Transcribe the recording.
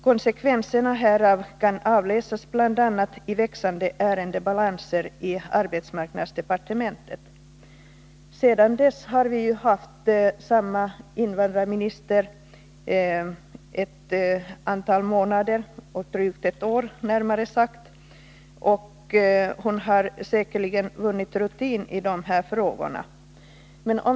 Konsekvenserna härav kan avläsas bl.a. i växande ärendebalanser i arbetsmarknadsdepartementet. Sedan dess har vi haft samma invandrarminister drygt ett år, närmare bestämt, och hon har säkerligen vunnit rutin i de här frågorna.